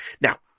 Now